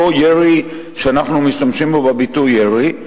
ירי שאנחנו משתמשים בו בביטוי "ירי",